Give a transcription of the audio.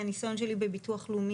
מהניסיון שלי בביטוח לאומי,